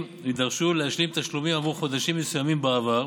יידרשו להשלים תשלומים עבור חודשים מסוימים בעבר.